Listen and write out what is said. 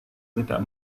tidak